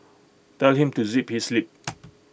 tell him to zip his lip